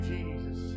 Jesus